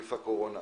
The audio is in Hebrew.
נגיף הקורונה.